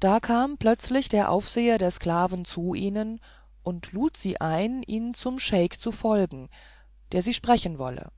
da kam plötzlich der aufseher der sklaven zu ihnen und lud sie ein ihm zum scheik zu folgen der sie sprechen wolle